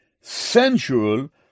sensual